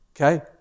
Okay